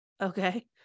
Okay